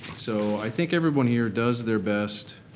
so i think everyone here does their best.